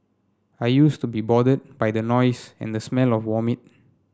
I used to be bothered by the noise and the smell of vomit